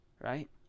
right